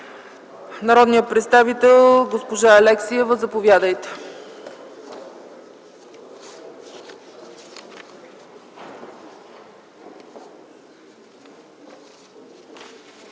народният представител госпожа Алексиева. Заповядайте.